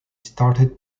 started